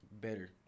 better